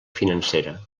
financera